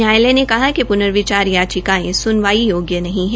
न्यायालय ने कहा कि पुनर्विचार याचिकायें सुनवाई योग्य नहीं है